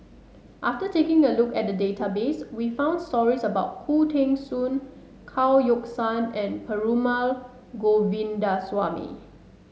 after taking a look at the database we found stories about Khoo Teng Soon Chao Yoke San and Perumal Govindaswamy